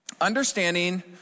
Understanding